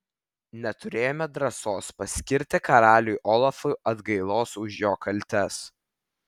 neturėjome drąsos paskirti karaliui olafui atgailos už jo kaltes